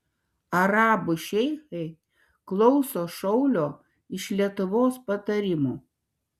arabų šeichai klauso šaulio iš lietuvos patarimų